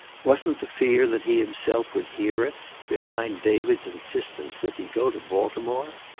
wasn't the fear that he himself would hear it behind david's insistence that he go to baltimore?